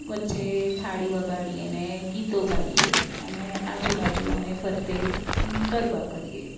વચ્ચે થાડી વગાડીએ ને ગીતો ગાઈએ અને આજુ બાજુ અમે ફરતે ગરબા કરીએ